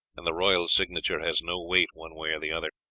and the royal signature has no weight one way or the other.